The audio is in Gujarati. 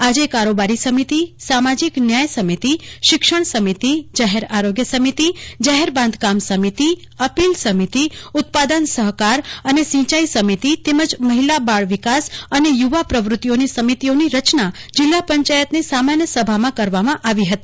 આજે કારોબારી સમિતિ સામાજીક ન્યાય સમિતિ શિક્ષણ સમિતિ જાહેર આરોગ્ય સમિતિ જાહેર બાંધકામ સમિતિ અપિલ સમિતિ ઉત્પાદન સહકાર અને સિંચાઈ સમિતિ તેમજ મહિલા બાળ વિકાસ અને યુવા પ્રવ્રતિઓની સમિતિઓની રચના જિલ્લા પંચાયતની સામાન્ય સભામાં કરવામાં આવી હતી